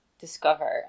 discover